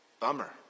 Bummer